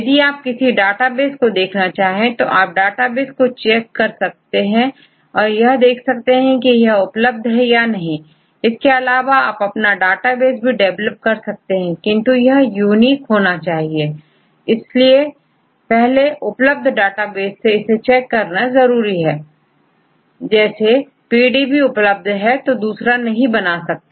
यदि आप किसी विशेष डाटा को देखना चाहे तो आप डाटाबेस को चेक कर यह देख सकते हैं कि यह उपलब्ध है या नहीं इसके अलावा आप अपना डेटाबेस भी डेवलप कर सकते हैं किंतु यह यूनिक होना चाहिए इसलिए पहले उपलब्ध डेटाबेस से इसे चेक करना जरूरी है I जैसेPDB उपलब्ध है तो आप दूसरा नहीं बना सकते